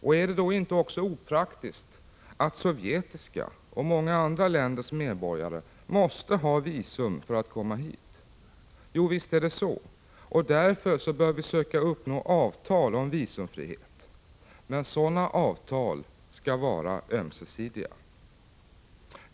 Och är det då inte också opraktiskt att sovjetiska och många andra länders medborgare måste ha visum för att komma hit? Jo, visst är det så, och därför bör vi söka uppnå avtal om visumfrihet. Men sådana avtal skall vara ömsesidiga.